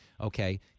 okay